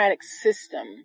system